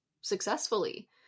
successfully